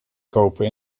kopen